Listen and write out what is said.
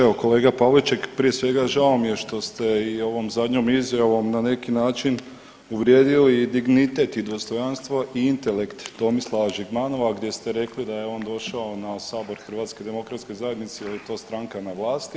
Evo kolega Pavliček prije svega žao mi je što ste i ovom zadnjom izjavom na neki način uvrijedili i dignitet i dostojanstvo i intelekt Tomislava Žigmanova gdje ste rekli da je on došao na Sabor Hrvatske demokratske zajednice jer je to stranka na vlasti.